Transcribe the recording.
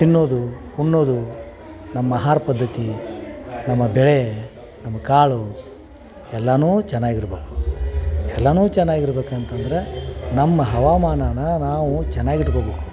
ತಿನ್ನೋದು ಉಣ್ಣೋದು ನಮ್ಮ ಆಹಾರ ಪದ್ಧತಿ ನಮ್ಮ ಬೆಳೆ ನಮ್ಮ ಕಾಳು ಎಲ್ಲನೂ ಚೆನ್ನಾಗಿರ್ಬೇಕು ಎಲ್ಲಾನೂ ಚೆನ್ನಾಗಿರ್ಬೇಕಂತಂದ್ರ ನಮ್ಮ ಹವಾಮಾನನ ನಾವು ಚೆನ್ನಾಗಿಟ್ಕೊಬೇಕು